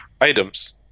items